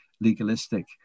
legalistic